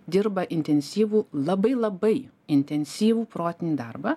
dirba intensyvų labai labai intensyvų protinį darbą